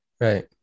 Right